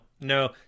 no